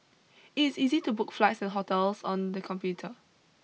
it is easy to book flights and hotels on the computer